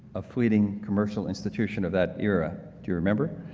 a fleeting commercial institution of that era do you remember